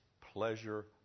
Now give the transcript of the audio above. pleasure